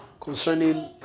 concerning